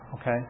okay